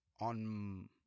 on